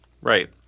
Right